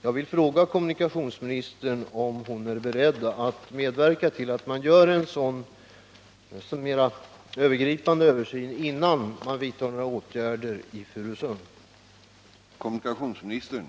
Jag tror att man för att få en riktig bild av läget måste se lotsningsverksamheten i dess helhet.